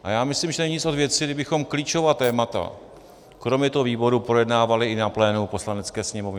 A já myslím, že není od věci, kdybychom klíčová témata kromě toho výboru projednávali i na plénu Poslanecké sněmovny.